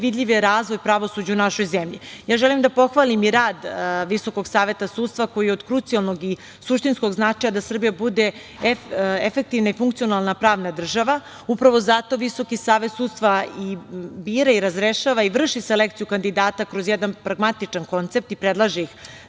vidljiv je razvoj pravosuđa u našoj zemlji. Želim da pohvalim i rad Visokog saveta sudstva koji je od krucijalnog i suštinskog značaja da Srbija bude efektivna i funkcionalna pravna država. Upravo zato Visoki savet sudstva i bira i razrešava i vrši selekciju kandidata kroz jedan pragmatičan koncept i predlaže ih